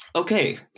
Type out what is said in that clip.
Okay